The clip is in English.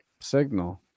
signal